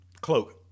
Cloak